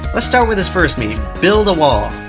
let's start with his first meme build a wall.